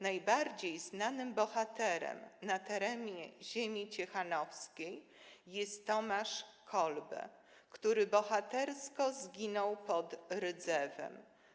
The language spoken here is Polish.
Najbardziej znanym bohaterem na terenie ziemi ciechanowskiej jest Tomasz Kolbe, który bohatersko zginął pod Rydzewem.